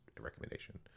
recommendation